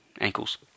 Ankles